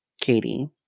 Katie